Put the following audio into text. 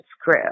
screw